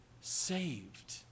saved